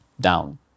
down